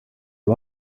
are